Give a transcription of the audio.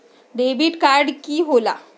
Debit card की होला?